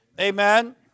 Amen